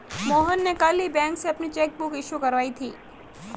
मोहन ने कल ही बैंक से अपनी चैक बुक इश्यू करवाई थी